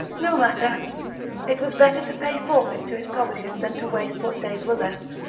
no matter it was better to pay forfeit to his publishers than to waste what days were left.